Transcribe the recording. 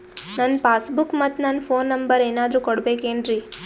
ನನ್ನ passbook ಮತ್ ನನ್ನ ಫೋನ್ ನಂಬರ್ ಏನಾದ್ರು ಕೊಡಬೇಕೆನ್ರಿ?